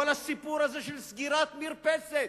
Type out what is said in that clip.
כל הסיפור הזה של סגירת מרפסת,